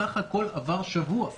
בסך הכול עבר שבוע.